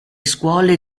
scuole